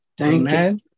Amen